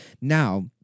Now